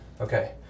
Okay